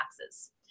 taxes